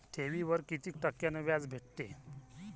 ठेवीवर कितीक टक्क्यान व्याज भेटते?